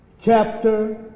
chapter